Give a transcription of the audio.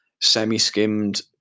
semi-skimmed